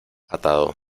atado